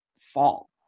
fall